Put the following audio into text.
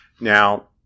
Now